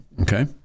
Okay